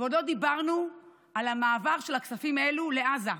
ועוד לא דיברנו על המעבר של הכספים האלו לעזה.